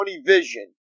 vision